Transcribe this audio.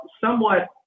somewhat